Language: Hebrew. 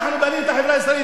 אנחנו בונים את החברה הישראלית,